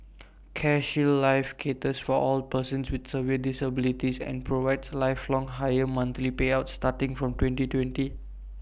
CareShield life caters for all persons with severe disabilities and provides lifelong higher monthly payouts starting from twenty twenty